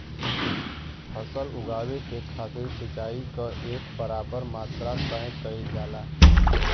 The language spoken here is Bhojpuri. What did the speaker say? फसल उगावे के खातिर सिचाई क एक बराबर मात्रा तय कइल जाला